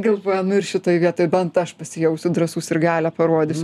galvoja nu ir šitoj vietoj bent aš pasijausiu drąsus ir galią parodysiu